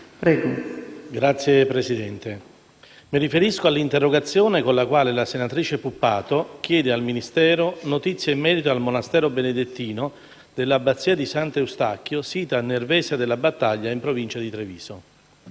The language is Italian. Signora Presidente, mi riferisco all'interrogazione con la quale la senatrice Puppato chiede al Ministero notizie in merito al monastero benedettino dell'Abbazia di Sant'Eustachio sita a Nervesa della Battaglia, in Provincia di Treviso